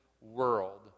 world